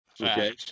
Okay